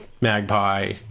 Magpie